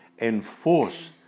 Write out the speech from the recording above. enforce